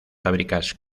fábricas